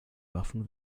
waffen